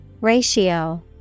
Ratio